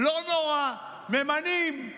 לא נורא, ממנים.